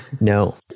No